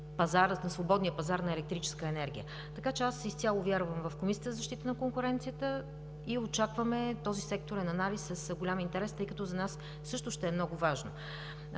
на свободния пазар на електрическа енергия. Така че аз изцяло вярвам в Комисията за защита на конкуренцията и очакваме този секторен анализ с голям интерес, тъй като за нас също ще е много важно.